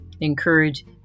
encourage